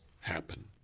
happen